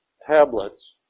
tablets